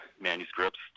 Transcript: manuscripts